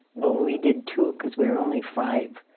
but we did, too, because we were only five.